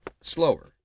slower